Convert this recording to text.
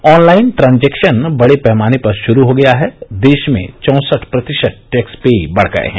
on line transaction बड़े पैमाने पर शुरू हो गया है देश में चौसठ प्रतिशत टैक्स पेयी बढ़ गये हैं